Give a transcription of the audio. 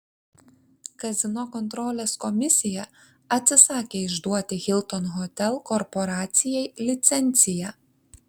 kazino kontrolės komisija atsisakė išduoti hilton hotel korporacijai licenciją